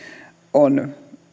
on